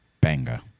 banger